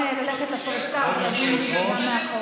למה לא?